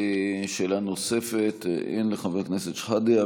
אין שאלה נוספת לחבר הכנסת שחאדה,